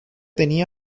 tenía